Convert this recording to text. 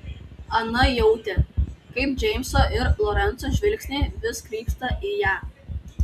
ana jautė kaip džeimso ir lorenco žvilgsniai vis krypsta į ją